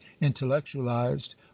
intellectualized